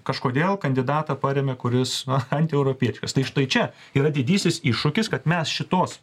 kažkodėl kandidatą parėmė kuris na antieuropietiškas tai štai čia yra didysis iššūkis kad mes šitos